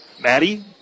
Maddie